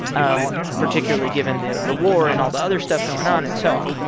um particularly given the the war and all the other stuff going on and so on.